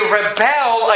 rebel